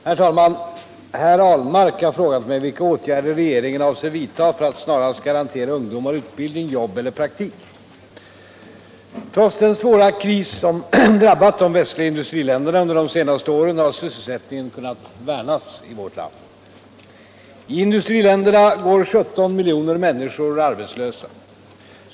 Herr talman! Herr Ahlmark har frågat mig vilka åtgärder regeringen avser vidta för att snarast garantera ungdomar utbildning, jobb eller praktik. Trots den svåra kris som drabbat de västliga industriländerna under de senaste åren har sysselsättningen kunnat värnas i vårt land. I industriländerna går 17 miljoner människor arbetslösa.